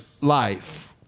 life